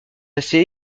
assez